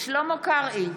שלמה קרעי,